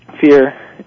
fear